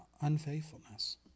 unfaithfulness